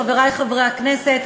חברי חברי הכנסת,